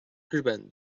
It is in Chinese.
日本